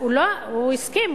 הוא הסכים.